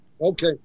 Okay